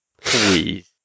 please